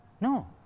No